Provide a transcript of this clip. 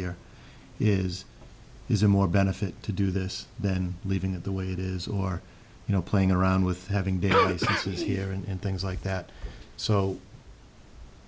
here is is a more benefit to do this than leaving it the way it is or you know playing around with having balances here and things like that so